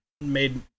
Made